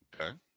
okay